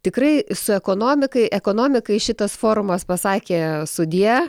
tikrai su ekonomikai ekonomikai šitas forumas pasakė sudie